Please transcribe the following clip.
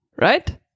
Right